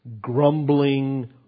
Grumbling